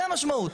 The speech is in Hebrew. זו המשמעות.